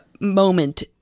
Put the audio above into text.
moment